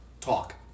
talk